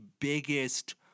biggest